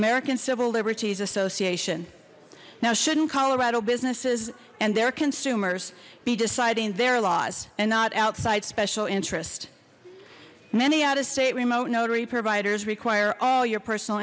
american civil liberties association now shouldn't colorado businesses and their consumers be deciding their laws and not outside special interest many out of state remote notary providers require all your personal